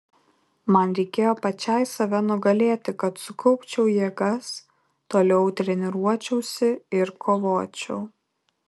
man reikėjo pačiai save nugalėti kad sukaupčiau jėgas toliau treniruočiausi ir kovočiau